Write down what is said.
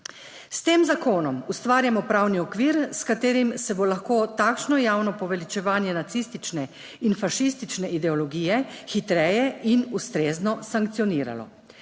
S tem zakonom ustvarjamo pravni okvir, s katerim se bo lahko takšno javno poveličevanje nacistične in fašistične ideologije hitreje in ustrezno sankcioniralo.